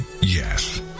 Yes